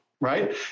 right